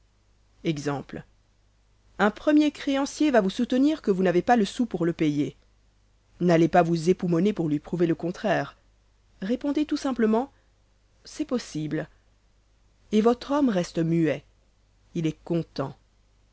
exemples un premier créancier va vous soutenir que vous n'avez pas le sou pour le payer n'allez pas vous époumoner pour lui prouver le contraire répondez tout simplement c'est possible et votre homme reste muet il est content